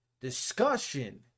Discussion